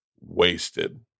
wasted